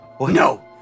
No